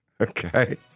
Okay